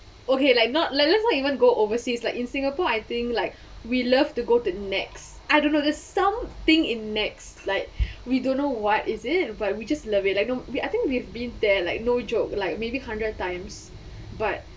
okay like not let let's not even go overseas like in singapore I think like we love to go to nex I don't know the some thing in nex like we don't know what is it but we just love it I don't I think we've been there like no joke like maybe hundred times but